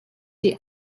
die